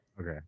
Okay